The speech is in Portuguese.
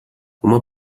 uma